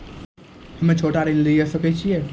हम्मे छोटा ऋण लिये सकय छियै?